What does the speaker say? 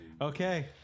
Okay